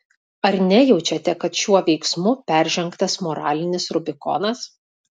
ar nejaučiate kad šiuo veiksmu peržengtas moralinis rubikonas